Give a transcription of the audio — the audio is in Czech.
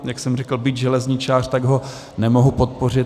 Jak jsem řekl, byť železničář, tak ho nemohu podpořit.